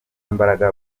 mbaraga